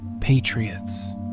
patriots